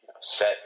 set